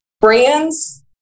brands